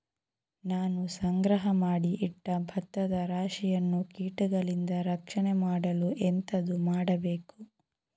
ನಾನು ಸಂಗ್ರಹ ಮಾಡಿ ಇಟ್ಟ ಭತ್ತದ ರಾಶಿಯನ್ನು ಕೀಟಗಳಿಂದ ರಕ್ಷಣೆ ಮಾಡಲು ಎಂತದು ಮಾಡಬೇಕು?